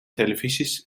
televisies